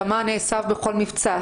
כמה נאסף בכל מבצע?